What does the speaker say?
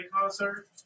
concert